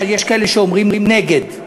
יש כאלה שאומרים נגד,